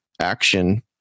action